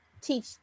teach